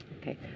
Okay